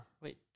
Wait